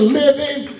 living